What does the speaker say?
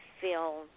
feel